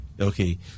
Okay